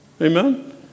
Amen